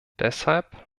deshalb